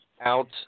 out